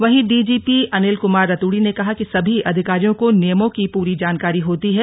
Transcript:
वहीं डीजीपी अनिल कुमार रतूड़ी ने कहा कि सभी अधिकारियों को नियमों की पूरी जानकारी होती है